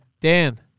Dan